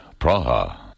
Praha